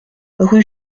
rue